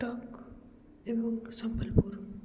କଟକ ଏବଂ ସମ୍ବଲପୁର